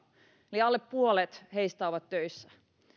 eli alle puolet heistä on töissä